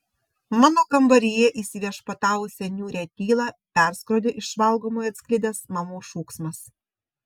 mano kambaryje įsiviešpatavusią niūrią tylą perskrodė iš valgomojo atsklidęs mamos šūksmas